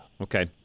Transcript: Okay